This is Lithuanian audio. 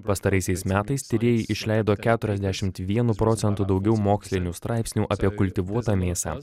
pastaraisiais metais tyrėjai išleido keturiasdešimt vienu procentu daugiau mokslinių straipsnių apie kultivuotą mėsą